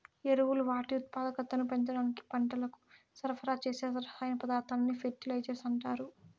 ఎరువులు వాటి ఉత్పాదకతను పెంచడానికి పంటలకు సరఫరా చేసే రసాయన పదార్థాలనే ఫెర్టిలైజర్స్ అంటారు